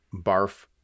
barf